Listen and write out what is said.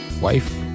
wife